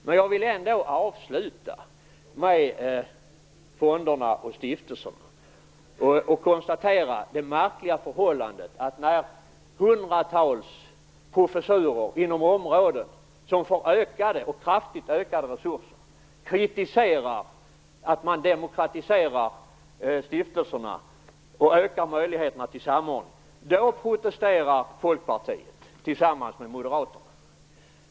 Men jag vill ändå avsluta med fonderna och stiftelserna, och då konstatera det märkliga förhållandet att när man från hundratals professurer inom området, som får kraftigt ökade resurser, kritiserar att man demokratiserar stiftelserna och ökar möjligheterna till samordning, då protesterar Folkpartiet tillsammans med Moderaterna.